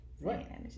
Right